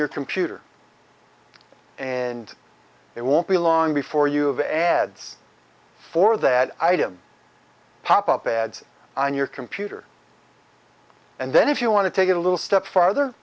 your computer and it won't be long before you have ads for that item pop up ads on your computer and then if you want to take it a little step farther